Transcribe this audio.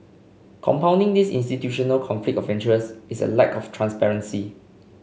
compounding this institutional conflict of interest is a lack of transparency